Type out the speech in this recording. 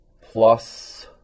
plus